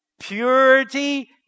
Purity